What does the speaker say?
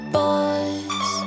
boys